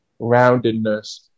roundedness